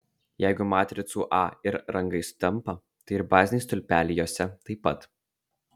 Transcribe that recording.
jeigu matricų a ir rangai sutampa tai ir baziniai stulpeliai jose taip pat